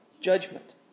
judgment